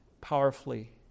powerfully